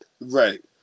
Right